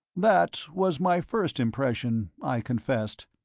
that was my first impression, i confessed,